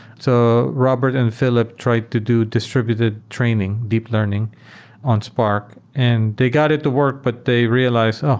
so robert and philip tried to do distributed training, deep learning on spark and they got it to work, but they realized, oh!